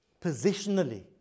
positionally